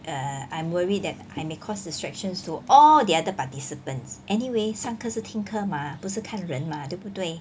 err I'm worried that I may cause distractions to all the other participants anyway 上课时听课 mah 不是看人 mah 对不对